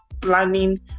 planning